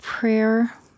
Prayer